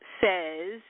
says